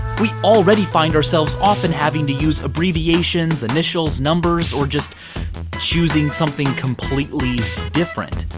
we already find ourselves often having to use abbreviations, initials, numbers or just choosing something completely different.